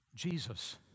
Jesus